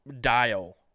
dial